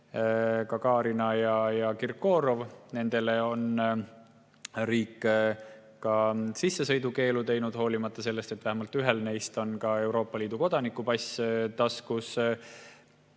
Gagarinat ja Kirkorovit. Nendele on riik sissesõidukeelu kehtestanud, hoolimata sellest, et vähemalt ühel neist on Euroopa Liidu kodaniku pass taskus.